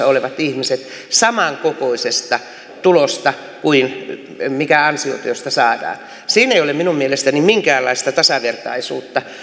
olevat ihmiset samankokoisesta tulosta kuin mikä ansiotyöstä saadaan siinä ei ole minun mielestäni minkäänlaista tasavertaisuutta